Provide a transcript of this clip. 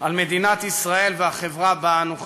על מדינת ישראל והחברה שבה אנו חיים.